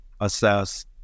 assess